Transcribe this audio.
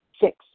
Six